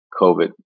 COVID